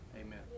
Amen